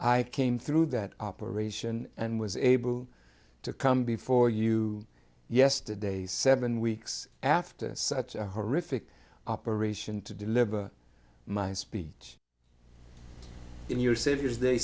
i came through that operation and was able to come before you yesterday seven weeks after such a horrific operation to deliver my speech in your city here's the